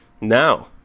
now